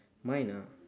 mine ah